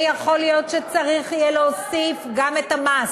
ויכול להיות שצריך יהיה להוסיף גם את המס,